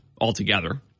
Altogether